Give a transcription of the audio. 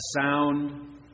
sound